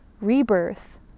rebirth